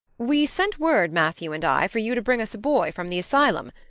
we send word, matthew and i, for you to bring us a boy from the asylum.